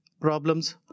problems